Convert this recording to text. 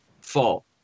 fall